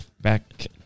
back